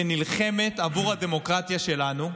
שנלחמת עבור הדמוקרטיה שלנו.